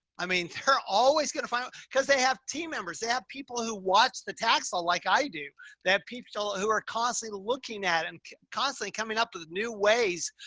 i mean, they're always going to find out cause they have team members. they have people who watch the tax bill. like i do that. people ah who are constantly looking at and constantly coming up with new ways,